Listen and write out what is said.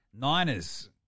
Niners